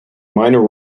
minor